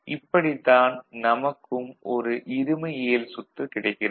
இப்படித்தான் நமக்கும் ஒரு இருமையியல் சுற்று கிடைக்கிறது